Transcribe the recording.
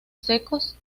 secos